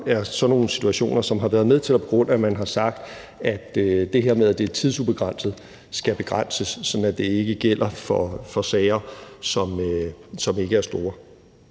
er sådan nogle situationer, som har været med til at begrunde, at man har sagt, at det her med, at det er tidsubegrænset, skal begrænses, sådan at det ikke gælder for sager, som ikke er store.